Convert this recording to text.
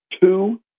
Two